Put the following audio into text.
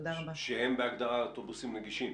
שהם בהגדרה אוטובוסים רגישים,